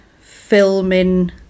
filming